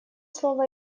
слово